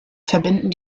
verbinden